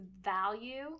value